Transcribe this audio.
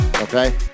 okay